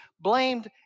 blamed